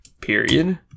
period